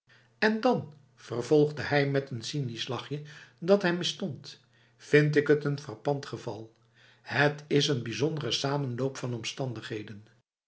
en dan vervolgde hij met een cynisch lachje dat hem misstond vind ik het een frappant geval het is een bijzondere samenloop van omstandigheden